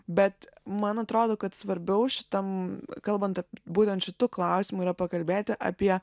bet man atrodo kad svarbiau šitam kalbant būtent šitu klausimu yra pakalbėti apie